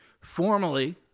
Formally